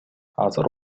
азыр